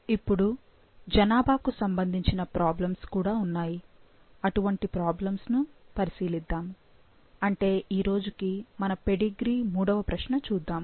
ఇప్పుడు జనాభాకు సంబంధించిన ప్రాబ్లమ్స్ కూడా ఉన్నాయి అటువంటి ప్రాబ్లమ్స్ ను పరిశీలిద్దాం అంటే ఈ రోజుకి మన పెడిగ్రీ మూడవ ప్రశ్న చూద్దాము